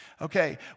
Okay